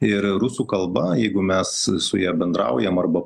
ir rusų kalba jeigu mes su ja bendraujam arba